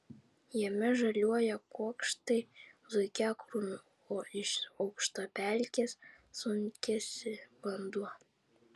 jame žaliuoja kuokštai zuikiakrūmių o iš aukštapelkės sunkiasi vanduo